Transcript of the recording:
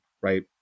right